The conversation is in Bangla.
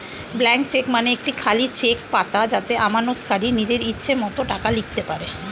ব্লাঙ্ক চেক মানে একটি খালি চেক পাতা যাতে আমানতকারী নিজের ইচ্ছে মতো টাকা লিখতে পারে